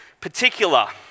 Particular